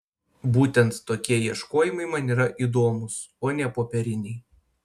būtent tokie ieškojimai man yra įdomūs o ne popieriniai